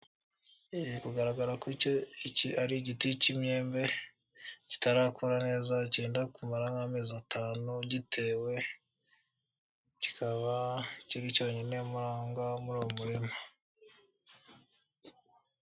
Birikugaragara ko iki ari igiti cy'imyembe kitarakura neza cyenda kumara nk'amezi atanu gitewe ,kikaba kiri cyo nyine ahongaho muri uwo murima.